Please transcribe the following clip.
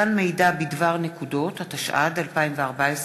(מתן מידע בדבר נקודות), התשע"ד 2014,